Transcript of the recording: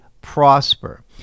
prosper